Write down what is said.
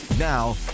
Now